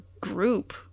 group